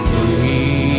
Breathe